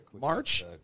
March